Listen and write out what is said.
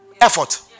effort